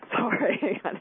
sorry